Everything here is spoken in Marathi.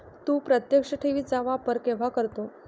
तू प्रत्यक्ष ठेवी चा वापर केव्हा करतो?